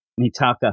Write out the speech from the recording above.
Mitaka